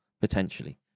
Potentially